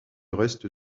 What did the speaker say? reste